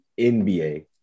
NBA